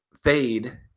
fade